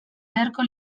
beharko